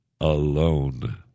alone